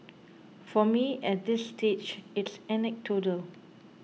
for me at this stage it's anecdotal